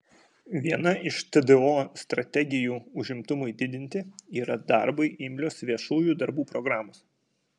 viena iš tdo strategijų užimtumui didinti yra darbui imlios viešųjų darbų programos